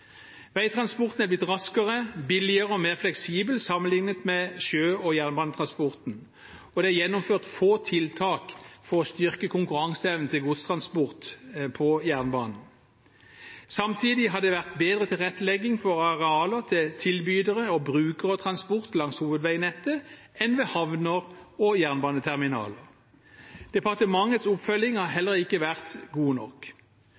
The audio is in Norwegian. Veitransporten er blitt raskere, billigere og mer fleksibel sammenlignet med sjø- og jernbanetransporten, og det er gjennomført få tiltak for å styrke konkurranseevnen til godstransport på jernbanen. Samtidig har det vært bedre tilrettelegging for arealer til tilbydere og brukere av transport langs hovedveinettet enn ved havner og jernbaneterminaler. Departementets oppfølging har heller ikke vært god nok.